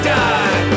die